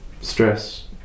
stress